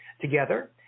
together